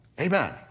Amen